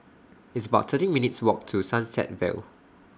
It's about thirteen minutes' Walk to Sunset Vale